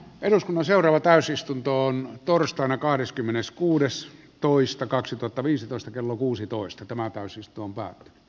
eduskunnan seuraava täysistuntoon torstaina kahdeskymmeneskuudes toista kaksituhattaviisitoista kello kuusitoista toivetta paremmasta